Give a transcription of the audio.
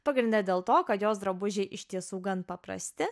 pagrinde dėl to kad jos drabužiai iš tiesų gan paprasti